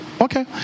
okay